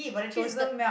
toasted